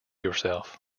yourself